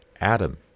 Adam